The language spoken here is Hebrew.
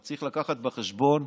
אבל צריך לקחת בחשבון,